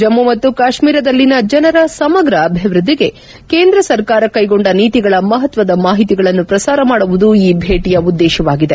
ಜಮ್ಮು ಮತ್ತು ಕಾಶ್ಮೀರದಲ್ಲಿನ ಜನರ ಸಮಗ್ರ ಅಭಿವೃದ್ದಿಗೆ ಕೇಂದ್ರ ಸರ್ಕಾರ ಕೈಗೊಂಡ ನೀತಿಗಳ ಮಹತ್ಸದ ಮಾಹಿತಿಗಳನ್ನು ಪ್ರಸಾರ ಮಾಡುವುದು ಈ ಭೇಟಿಯ ಉದ್ದೇಶವಾಗಿದೆ